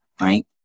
right